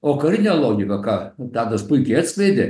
o karinė logika ką tadas puikiai atskleidė